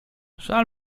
żal